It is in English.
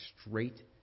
straight